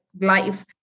life